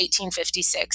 1856